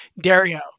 Dario